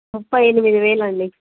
ముప్పై ఎనిమిది వేలండి